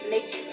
Make